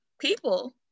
people